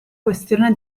questione